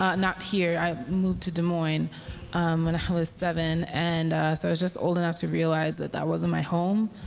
not here, i moved to des moines when i was seven. and so i was just old enough to realize that that wasn't my home.